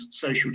social